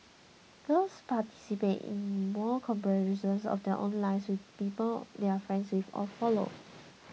girls participate in more comparisons of their own lives with those of the people they are friends with or follow